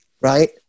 right